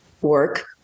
work